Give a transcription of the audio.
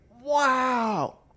Wow